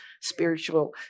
spiritual